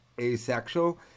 asexual